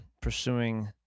pursuing